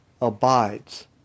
abides